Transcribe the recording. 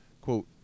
quote